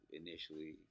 initially